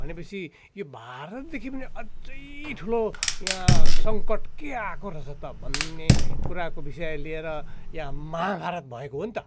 भनेपछि यो भारतदेखि पनि अझै ठुलो यहाँ सङ्कट के आएको रहेछ त भन्ने कुराको विषय लिएर यहाँ महाभारत भएको हो नि त